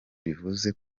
bivuze